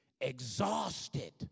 exhausted